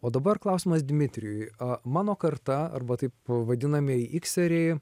o dabar klausimas dmitrijui a mano karta arba taip vadinamieji ikseriai